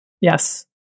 Yes